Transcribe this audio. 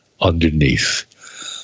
underneath